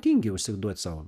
tingi užsiduoti sau